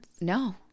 no